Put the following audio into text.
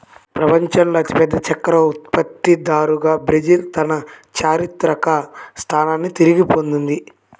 ప్రపంచంలోనే అతిపెద్ద చక్కెర ఉత్పత్తిదారుగా బ్రెజిల్ తన చారిత్రక స్థానాన్ని తిరిగి పొందింది